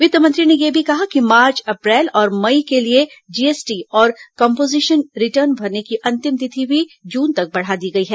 वित्त मंत्री ने यह भी कहा कि मार्च अप्रैल और मई के लिए जीएसटी और कोम्पोजिशन रिटर्न भरने की अंतिम तिथि भी जून तक बढ़ा दी गई है